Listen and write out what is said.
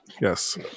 Yes